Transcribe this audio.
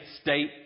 state